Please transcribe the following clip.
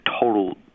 total